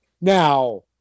Now